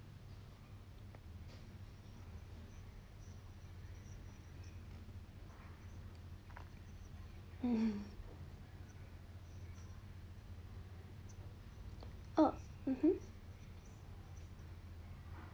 mmhmm oh mmhmm